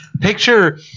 picture